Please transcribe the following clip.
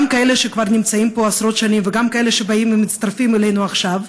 גם אלה שנמצאים פה כבר עשרות שנים וגם אלה שבאים ומצטרפים אלינו עכשיו,